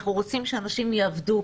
אנחנו רוצים שאנשים יעבדו,